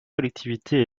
collectivité